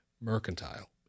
mercantile